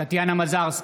טטיאנה מזרסקי,